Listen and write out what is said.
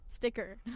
Sticker